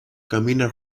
camina